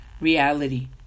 reality